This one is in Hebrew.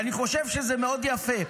אני חושב שזה מאוד יפה,